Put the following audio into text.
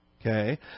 Okay